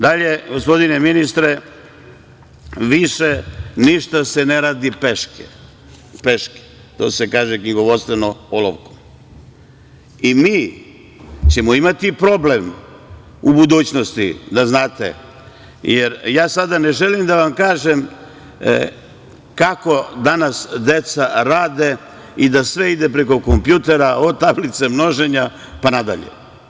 Dalje, gospodine ministre, više ništa se ne radi peške, to se kaže knjigovodstvenom olovkom, i mi ćemo imati problem u budućnosti, da znate, jer ja sada ne želim da vam kažem kako danas deca rade i da sve ide preko kompjutera, od tablice množenja, pa nadalje.